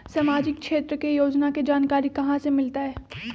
सामाजिक क्षेत्र के योजना के जानकारी कहाँ से मिलतै?